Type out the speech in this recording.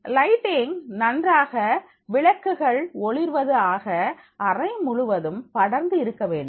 lighting நன்றாக விளக்குகள் ஒளிர்வது ஆக அறை முழுவதும் படர்ந்து இருக்க வேண்டும்